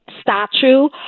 statue